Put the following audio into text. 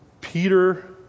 Peter